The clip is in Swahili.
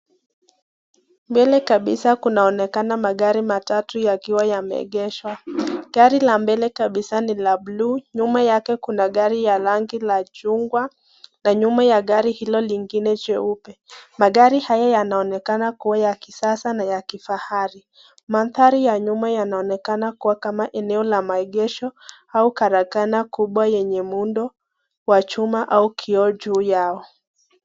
Mbele kabisa kunaonekana magari matatu yakiwa yameegeshwa. Gari la mbele kabisa ni la blue , nyuma yake kuna gari ya rangi ya chungwa, na nyuma ya gari hilo lingine cheupe. Magari haya yanaonekana kuwa ya kisasa na ya kifahari. Mandhari ya nyuma yanaonekana kuwa kama eneo la maegesho au karakana kubwa yenye muundo wa chuma au kioo juu yao.